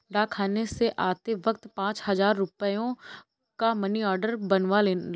डाकखाने से आते वक्त पाँच हजार रुपयों का मनी आर्डर बनवा लाना